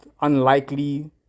unlikely